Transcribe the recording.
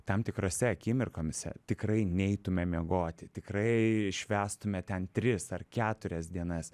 tam tikrose akimirkomise tikrai neitume miegoti tikrai švęstume ten tris ar keturias dienas